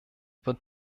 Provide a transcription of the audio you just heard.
wird